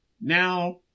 Now